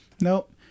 Nope